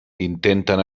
intenten